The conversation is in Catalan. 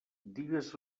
digues